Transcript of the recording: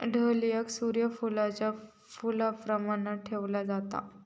डहलियाक सूर्य फुलाच्या फुलाप्रमाण ठेवला जाता